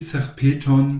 serpenton